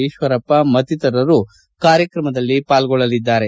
ಈಶ್ವರಪ್ಪ ಮತ್ತಿತರರು ಕಾರ್ಯಕ್ರಮದಲ್ಲಿ ಪಾಲ್ಗೊಳ್ಳಲಿದ್ದಾರೆ